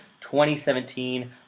2017